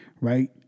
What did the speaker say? Right